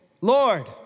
Lord